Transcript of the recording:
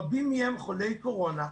רבים מהם חולי קורונה,